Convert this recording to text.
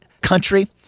country